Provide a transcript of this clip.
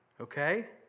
okay